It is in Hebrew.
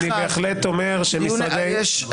נכון, אני בהחלט אומר שלמשרדי הממשלה -- שנייה.